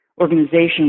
organization